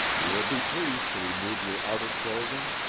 you will be pleased to remove your outer clothing.